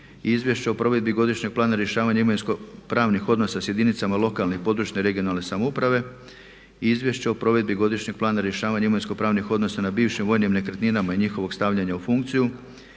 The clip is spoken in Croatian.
Izvješće o provedbi Godišnjeg plana rješavanja imovinsko-pravnih odnosa s jedinicama lokalne i područne (regionalne samouprave) i Izvješće o provedbi Godišnjeg plana rješavanja imovinsko-pravnih odnosa na bivšim vojnim nekretninama i njihovog stavljanja u funkciju,